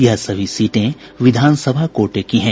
यह सभी सीटें विधान सभा कोटे की हैं